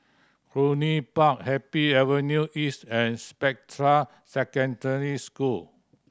Cluny Park Happy Avenue East and Spectra Secondary School